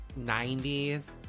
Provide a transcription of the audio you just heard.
90s